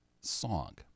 song